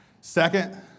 Second